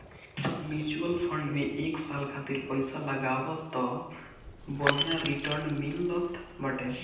mutual fund में एक साल खातिर पईसा लगावअ तअ बढ़िया रिटर्न मिलत बाटे